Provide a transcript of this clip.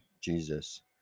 Jesus